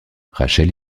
rachel